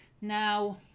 Now